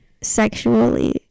sexually